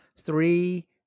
three